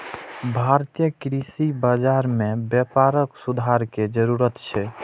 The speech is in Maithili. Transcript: भारतीय कृषि बाजार मे व्यापक सुधार के जरूरत छै